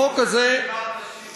החוק הזה, דיברתי על סיעוד.